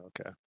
okay